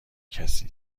کسی